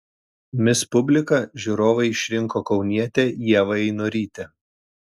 mis publika žiūrovai išrinko kaunietę ievą einorytę